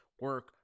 Work